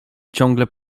ciągle